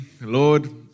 Lord